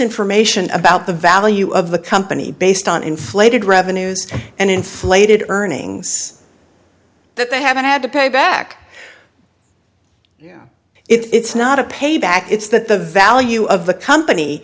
information about the value of the company based on inflated revenues and inflated earnings that they haven't had to pay back it's not a payback it's that the value of the company